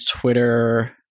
Twitter